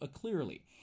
clearly